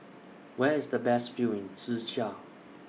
Where IS The Best View in Czechia